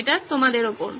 এটা তোমাদের উপর